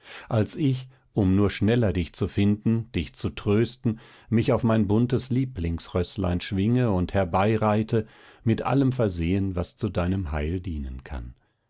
als ich um nur schneller dich zu finden dich zu trösten mich auf mein buntes lieblingsrößlein schwinge und herbeireite mit allem versehen was zu deinem heil dienen kann